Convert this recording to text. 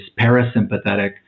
parasympathetic